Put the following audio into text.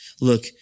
Look